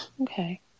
Okay